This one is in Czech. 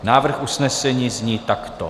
Návrh usnesení zní takto: